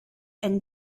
and